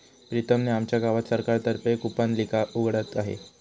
प्रीतम ने आमच्या गावात सरकार तर्फे कूपनलिका उघडत आहे